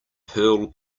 pearl